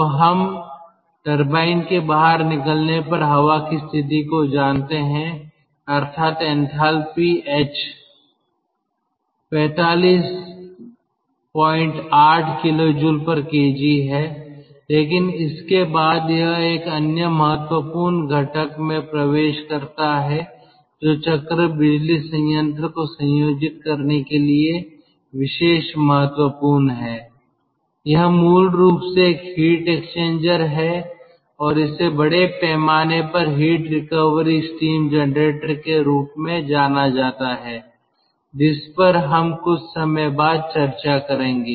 तो हम टरबाइन के बाहर निकलने पर हवा की स्थिति को जानते हैं अर्थात एंथैल्पी h 458 kJ kg है लेकिन इसके बाद यह एक अन्य महत्वपूर्ण घटक में प्रवेश करता है जो चक्र बिजली संयंत्र को संयोजित करने के लिए विशेष महत्वपूर्ण है यह मूल रूप से एक हीट एक्सचेंजर है और इसे बड़े पैमाने पर हीट रिकवरी स्टीम जनरेटर के रूप में जाना जाता है जिस पर हम कुछ समय बाद चर्चा करेंगे